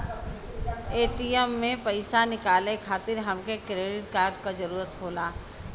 ATM से पइसा निकाले खातिर हमके डेबिट कार्ड क जरूरत होला